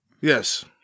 Yes